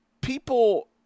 people